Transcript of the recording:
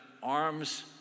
arms